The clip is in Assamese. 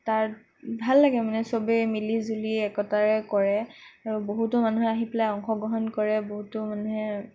তাত ভাল লগে মানে চবেই মিলিজুলি একতাৰে কৰে আৰু বহুতো মানুহে আহি পেলাই অংশগ্ৰহণ কৰে বহুতো মানুহে